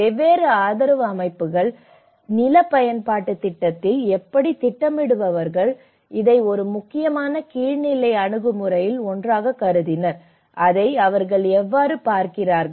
வெவ்வேறு ஆதரவு அமைப்புகள் நில பயன்பாட்டுத் திட்டத்தில் எப்படி திட்டமிடுபவர்கள் இதை ஒரு முக்கியமான கீழ்நிலை அணுகுமுறையில் ஒன்றாகக் கருதினர் அதை அவர்கள் எவ்வாறு பார்க்கிறார்கள்